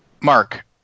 Mark